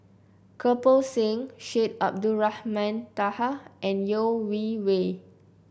Kirpal Singh Syed Abdulrahman Taha and Yeo Wei Wei